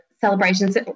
celebrations